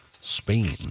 Spain